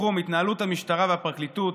בתחום התנהלות המשטרה והפרקליטות,